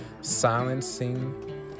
silencing